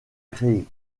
créer